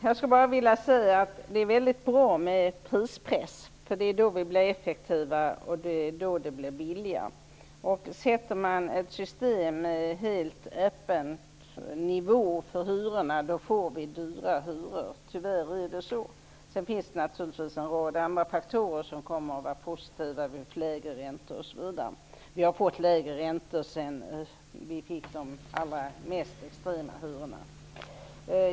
Fru talman! Det är väldigt bra med prispress. Det är då vi blir effektiva, och det är då det blir billigare. Inför man ett system med helt öppen nivå för hyrorna, får vi dyra hyror. Tyvärr är det så. Sedan finns det naturligtvis en rad andra faktorer som kan vara positiva, lägre räntor, osv. Vi har fått lägre räntor sedan vi fick de allra mest extrema hyrorna.